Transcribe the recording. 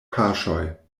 paŝoj